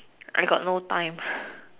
I got no time